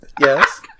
Yes